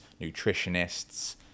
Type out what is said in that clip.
nutritionists